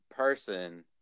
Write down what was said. Person